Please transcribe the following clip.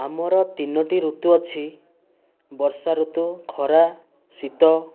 ଆମର ତିନୋଟି ଋତୁ ଅଛି ବର୍ଷା ଋତୁ ଖରା ଶୀତ